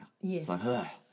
Yes